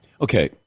Okay